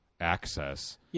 access